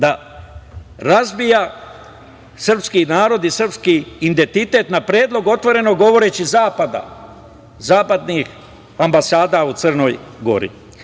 da razbija srpski narod i srpski identitet na predlog, otvoreno govoreći, zapada, zapadnih ambasada u Crnoj